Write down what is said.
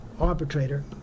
arbitrator